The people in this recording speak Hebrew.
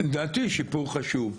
לדעתי שיפור חשוב.